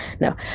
No